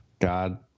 God